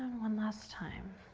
one last time.